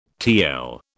tl